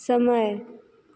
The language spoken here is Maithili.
समय